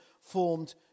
formed